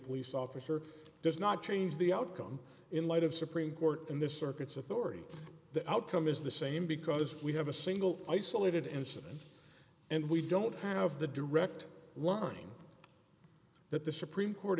police officer does not change the outcome in light of supreme court and the circuits authority the outcome is the same because we have a single isolated incident and we don't have the direct line that the supreme court